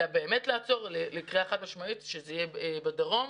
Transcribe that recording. אלא באמת לעצור עם קריאה חד משמעית שזה יהיה בדרום.